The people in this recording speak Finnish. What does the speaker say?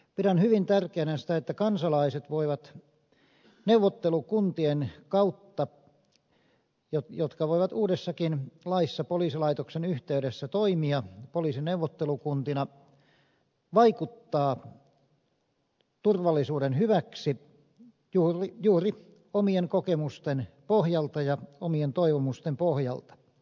pidän hyvin tärkeänä sitä että kansalaiset voivat neuvottelukuntien kautta jotka voivat uudessakin laissa poliisilaitoksen yhteydessä toimia poliisineuvottelukuntina vaikuttaa turvallisuuden hyväksi juuri omien kokemusten pohjalta ja omien toivomusten pohjalta